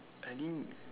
I think